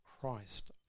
Christ